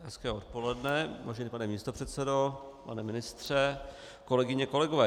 Hezké odpoledne, vážený pane místopředsedo, pane ministře, kolegyně, kolegové.